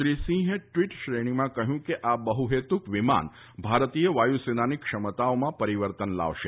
શ્રીસિંહે tweet શ્રેણીમાં કહ્યું કે આ બહુહેતુક વિમાન ભારતીય વાયુ સેનાની ક્ષમતાઓમાં પરિવર્તન લાવશે